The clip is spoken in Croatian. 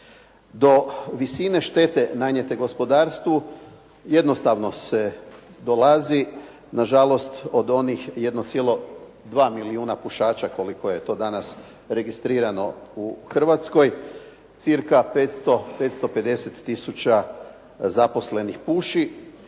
Do visine štete nanijete gospodarstvu jednostavno se dolazi nažalost od onih 1,2 milijuna pušača koliko je to danas registrirano u Hrvatskoj cirka 500, 550 tisuća zaposlenih puši